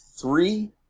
three